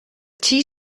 tea